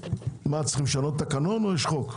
צריך לשנות תקנון או יש חוק?